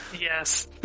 Yes